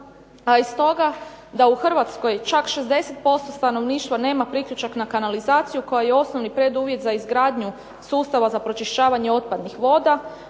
a iz toga da u Hrvatskoj čak 60% stanovništva nema priključak na kanalizaciju koja je osnovni preduvjet za izgradnju sustava za pročišćavanje otpadnih voda.